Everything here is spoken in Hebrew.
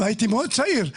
הייתי מאוד צעיר.